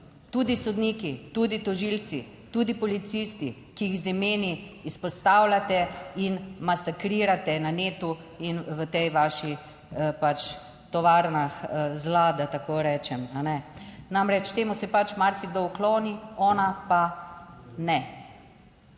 tudi sodniki, tudi tožilci, tudi policisti, ki jih z imeni izpostavljate in masakrirate na netu in v tej vaši pač tovarnah zla, da tako rečem, ne. Namreč, temu se pač marsikdo ukloni, ona pa ne.